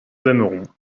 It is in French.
aimerons